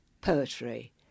poetry